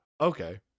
Okay